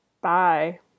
Bye